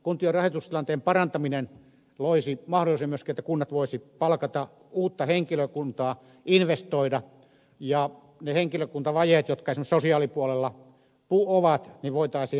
kuntien rahoitustilanteen parantaminen loisi mahdollisuuden myöskin siihen että kunnat voisivat palkata uutta henkilökuntaa investoida ja ne henkilökuntavajeet jotka esimerkiksi sosiaalipuolella on voitaisiin täyttää